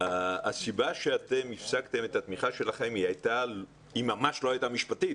הסיבה שאתם הפסקתם את התמיכה שלכם היא ממש לא הייתה משפטית.